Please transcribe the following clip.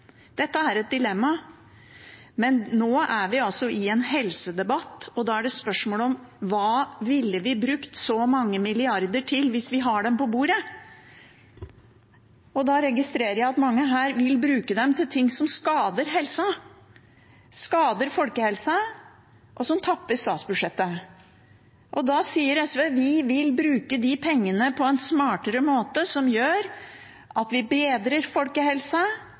Dette er et dilemma, men nå er vi altså i en helsedebatt, og da er det spørsmål hva vi ville brukt så mange milliarder til hvis vi hadde dem på bordet. Jeg registrerer at mange her vil bruke dem til ting som skader helsa, skader folkehelsa, og som tapper statsbudsjettet. Da sier SV at vi vil bruke de pengene på en smartere måte, som gjør at vi bedrer folkehelsa,